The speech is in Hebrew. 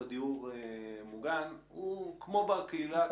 בדיור מוגן הוא כמו בקהילה,